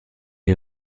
est